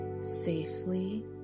safely